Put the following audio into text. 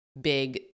big